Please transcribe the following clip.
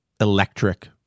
electric